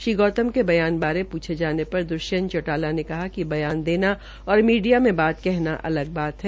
श्री गौतम के बयान बारे पूछे जाने पर दृष्यंत चौटाला ने कहा कि बयान देना और मीडिया में बात कहना अलग बात है